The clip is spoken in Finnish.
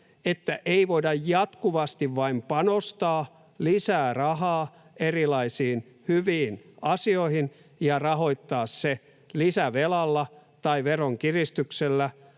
että ei voida jatkuvasti vain panostaa lisää rahaa erilaisiin hyviin asioihin ja rahoittaa sitä lisävelalla tai veronkiristyksillä,